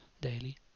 daily